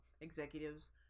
executives